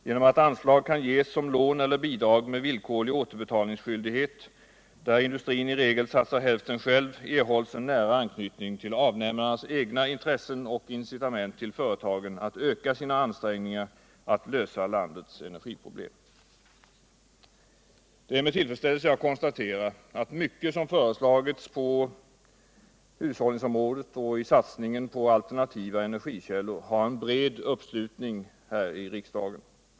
Genom att anslag kan ges som lån eller bidrag med villkorlig återbetalningsskyldighet, där industrin i regel satsar hälften själv, erhålls en nära anknytning till avnämarnas egna intressen och incitament till företagen att öka sina ansträngningar att lösa landets energiproblem. Det är med tillfredsställelse jag konstaterar att mycket som föreslagits på hushållningsområdet och i satsningen på alternativa energikällor har en bred uppslutning här i riksdagen.